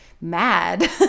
mad